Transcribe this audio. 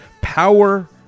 Power